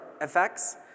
effects